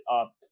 up